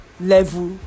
level